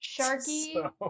Sharky